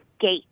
gate